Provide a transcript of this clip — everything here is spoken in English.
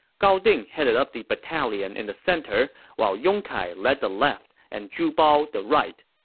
gao ding headed up the battalion in the center, while yong kai led the left and zhu bao the right.